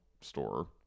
store